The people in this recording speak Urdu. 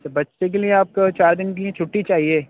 اچھا بچے کے لیے آپ کو چار دِن کے لیے چھٹّی چاہیے